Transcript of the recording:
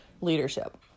leadership